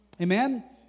Amen